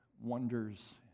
wonders